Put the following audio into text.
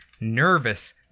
nervous